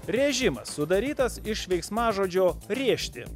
rėžimas sudarytas iš veiksmažodžio rėžti